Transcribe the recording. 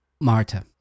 Marta